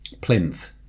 plinth